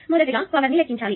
మొదటిగా పవర్ ని లెక్కించాలి